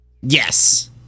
Yes